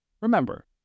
remember